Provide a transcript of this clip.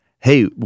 Hey